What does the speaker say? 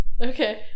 Okay